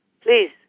please